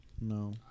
No